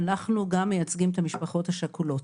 אנחנו גם מייצגים את המשפחות השכולות.